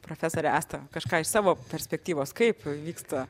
profesore asta kažką iš savo perspektyvos kaip vyksta